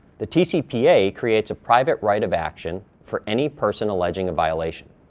the tcpa creates a private right of action for any person alleging a violation.